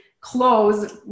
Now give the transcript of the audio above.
close